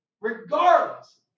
regardless